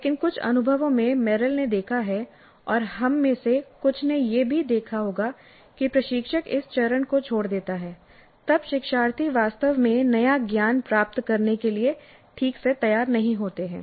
लेकिन कुछ अनुभवों में मेरिल ने देखा है और हम में से कुछ ने यह भी देखा होगा कि प्रशिक्षक इस चरण को छोड़ देता है तब शिक्षार्थी वास्तव में नया ज्ञान प्राप्त करने के लिए ठीक से तैयार नहीं होते हैं